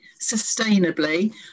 sustainably